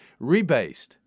Rebased